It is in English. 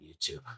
YouTube